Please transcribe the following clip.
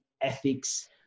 ethics